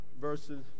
verses